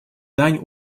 дань